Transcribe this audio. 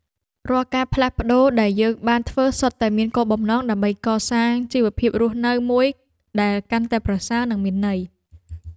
រាល់ការផ្លាស់ប្តូរដែលយើងបានធ្វើសុទ្ធតែមានគោលបំណងដើម្បីកសាងជីវភាពរស់នៅមួយដែលកាន់តែប្រសើរ និងមានន័យ។